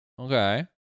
Okay